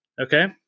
Okay